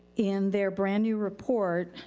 in their brand new report,